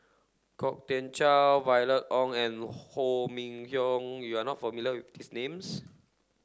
Kwok Kian Chow Violet Oon and Ho Minfong you are not familiar with these names